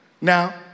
Now